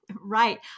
Right